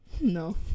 No